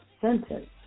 sentence